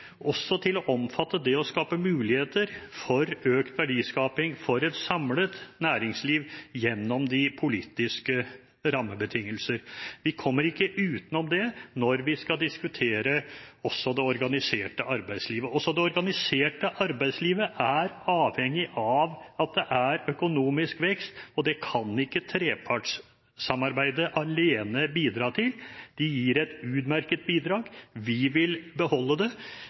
også til å omfatte det å skape muligheter for økt verdiskaping for et samlet næringsliv gjennom de politiske rammebetingelsene. Vi kommer ikke utenom det når vi skal diskutere det organiserte arbeidslivet. Også det organiserte arbeidslivet er avhengig av at det er økonomisk vekst, og det kan ikke trepartssamarbeidet alene bidra til. De gir et utmerket bidrag, vi vil beholde det,